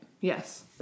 Yes